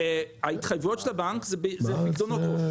ההתחייבויות של הבנק זה פקדונות עו"ש.